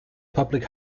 public